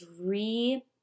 re